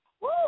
Woo